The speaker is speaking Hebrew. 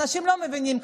אנשים לא מבינים,